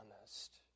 honest